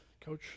Coach